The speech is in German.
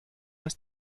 ist